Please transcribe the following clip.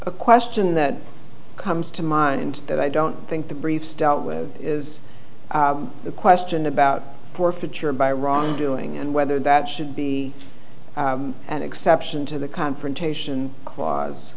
a question that comes to mind that i don't think the briefs dealt with is the question about forfeiture by wrongdoing and whether that should be an exception to the confrontation cla